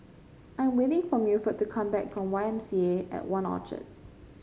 I'm waiting for Milford to come back from Y M C A and One Orchard